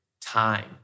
time